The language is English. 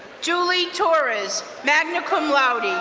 julie torres, magna cum laude,